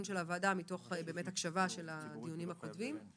של הוועדה מתוך הקשבה בדיונים הקודמים.